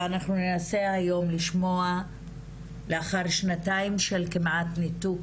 ואנחנו ננסה היום לשמוע לאחר שנתיים של כמעט ניתוק